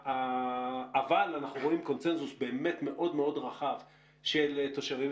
אבל אנחנו רואים קונסנזוס באמת מאוד מאוד רחב של תושבים,